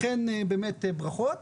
לכן באמת ברכות,